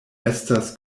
estas